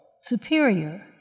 Superior